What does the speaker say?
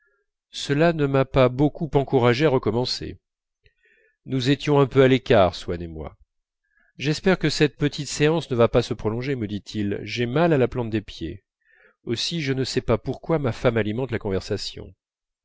cela ne m'a pas beaucoup encouragée à recommencer nous étions un peu à l'écart swann et moi j'espère que cette petite séance ne va pas se prolonger me dit-il j'ai mal à la plante des pieds aussi je ne sais pas pourquoi ma femme alimente la conversation